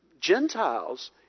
Gentiles